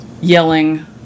yelling